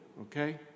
okay